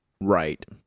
Right